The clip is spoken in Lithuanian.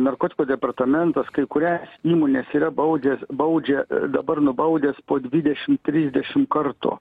narkotikų departamentas kai kurias įmones yra baudęs baudžia dabar nubaudęs po dvidešim trisdešim kartų